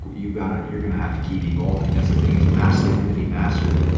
you got it. you're gonna have to keep evolving. that's the thing is masculinity mastered.